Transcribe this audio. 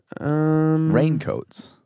Raincoats